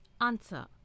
Answer